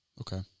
Okay